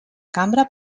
cambra